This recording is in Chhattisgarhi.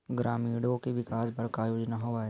ग्रामीणों के विकास बर का योजना हवय?